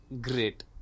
Great